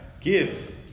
give